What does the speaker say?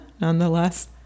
nonetheless